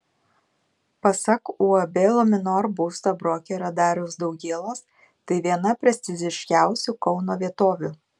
pasak uab luminor būsto brokerio dariaus daugėlos tai viena prestižiškiausių kauno vietovių